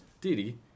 Diddy